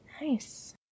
Nice